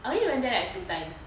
I only went there like two times